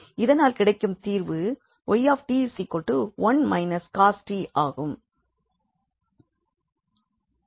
இதனால் கிடைக்கும் தீர்வு 𝑦𝑡 1 − cos 𝑡 ஆகும்